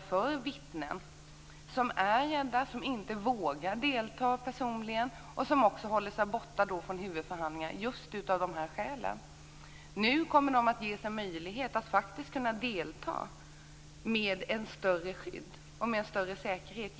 för vittnen som är rädda och som inte vågar delta personligen och som därför håller sig borta från huvudförhandlingar. Nu kommer de med hjälp av videokonferensen att ges en möjlighet att faktiskt delta med ett större skydd och en större säkerhet.